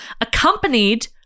accompanied